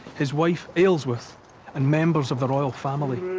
his wife ealhswith and members of the royal family.